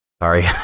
sorry